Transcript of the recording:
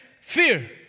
fear